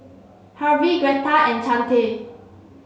Harvy Gretta and Chante